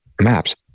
Maps